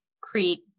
create